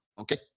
Okay